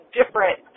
different